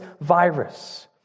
virus